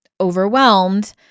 overwhelmed